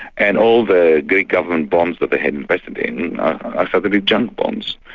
and all the greed government bonds that they had invested in are suddenly junk bonds.